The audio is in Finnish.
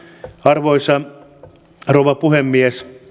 arvoisa rouva puhemies